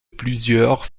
plusieurs